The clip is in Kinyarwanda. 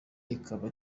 ikaba